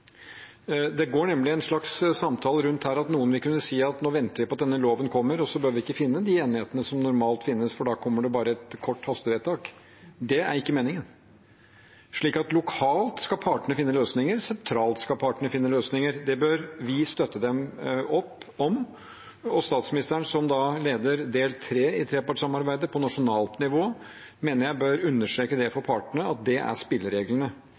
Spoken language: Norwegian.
Det går nemlig en slags samtale der noen vil kunne si at nå venter vi på at denne loven kommer, og så behøver vi ikke finne den enigheten som normalt finnes, for da kommer det bare et hastevedtak. Det er ikke meningen. Lokalt skal partene finne løsninger. Sentralt skal partene finne løsninger. Det bør vi støtte opp om, og statsministeren, som leder del tre i trepartssamarbeidet på nasjonalt nivå, mener jeg bør understreke overfor partene at det er spillereglene.